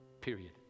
period